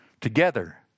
Together